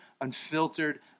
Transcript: unfiltered